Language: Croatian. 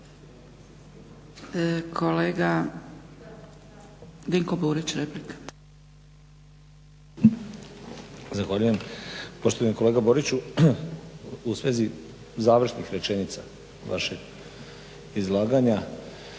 Dinko (HDSSB)** Zahvaljujem. Poštovani kolega Boriću, u svezi završnih rečenica vašeg izlaganja